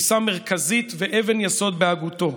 תפיסה מרכזית ואבן יסוד בהגותו.